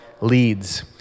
leads